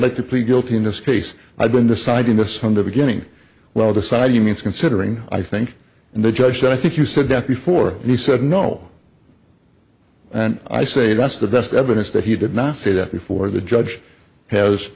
like to plead guilty in this case i've been deciding this from the beginning well the side he means considering i think and the judge said i think you said that before and he said no and i say that's the best evidence that he did not say that before the judge has